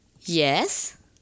Yes